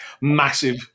massive